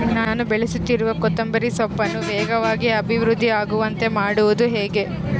ನಾನು ಬೆಳೆಸುತ್ತಿರುವ ಕೊತ್ತಂಬರಿ ಸೊಪ್ಪನ್ನು ವೇಗವಾಗಿ ಅಭಿವೃದ್ಧಿ ಆಗುವಂತೆ ಮಾಡುವುದು ಹೇಗೆ?